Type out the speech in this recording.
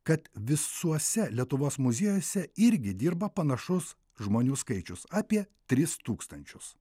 kad visuose lietuvos muziejuose irgi dirba panašus žmonių skaičius apie tris tūkstančius